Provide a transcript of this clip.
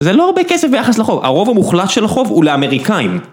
זה לא הרבה כסף ביחס לחוב, הרוב המוחלט של החוב הוא לאמריקאים